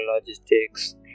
logistics